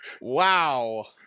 Wow